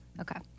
Okay